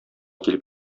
килеп